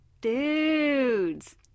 dudes